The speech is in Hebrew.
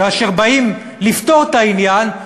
כאשר באים לפתור את העניין,